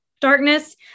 darkness